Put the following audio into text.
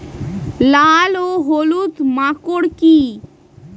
লাল ও হলুদ মাকর কী?